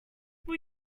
will